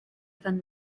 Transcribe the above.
van